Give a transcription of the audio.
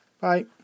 Bye